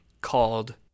called